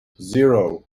zero